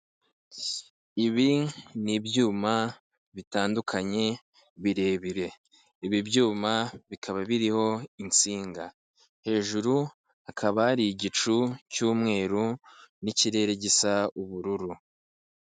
Ibi ni ibyuma bitandukanye birebire, ibi byuma bikaba biriho insinga, hejuru hakaba ari igicu cy'umweru n'ikirere gisa ubururu.